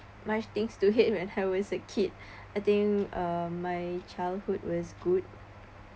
much things to hate it when I was a kid I think uh my childhood was good